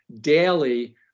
daily